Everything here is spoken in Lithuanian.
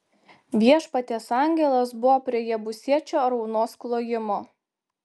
viešpaties angelas buvo prie jebusiečio araunos klojimo